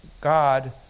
God